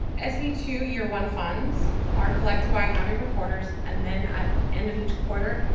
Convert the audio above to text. sb two year one funds are collected by county recorders. and then at end of each quarter,